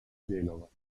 genova